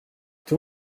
tout